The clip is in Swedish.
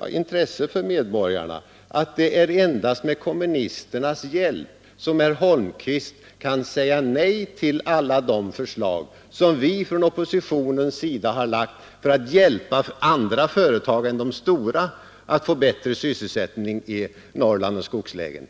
av intresse för medborgarna att påvisa, som jag gjorde, att det endast är med kommunisternas hjälp som herr Holmqvist kan säga nej till alla de förslag som vi från oppositionens sida har lagt fram för att hjälpa andra företag än de stora att få bättre sysselsättning i Norrland och skogslänen.